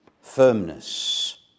firmness